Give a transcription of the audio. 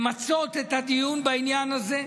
למצות את הדיון בעניין הזה.